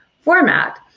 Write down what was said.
format